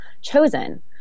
chosen